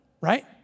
right